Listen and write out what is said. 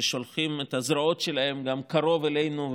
ששולחים את הזרועות שלהם גם קרוב אלינו,